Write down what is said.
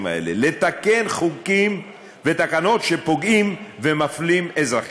האלה ולתקן חוקים ותקנות שפוגעים ומפלים אזרחים.